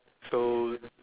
so